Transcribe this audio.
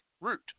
root